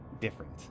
different